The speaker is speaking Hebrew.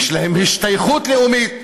יש להם השתייכות לאומית.